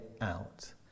out